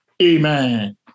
Amen